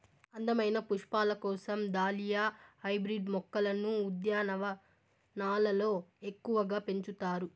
అందమైన పుష్పాల కోసం దాలియా హైబ్రిడ్ మొక్కలను ఉద్యానవనాలలో ఎక్కువగా పెంచుతారు